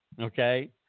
okay